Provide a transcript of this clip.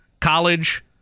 college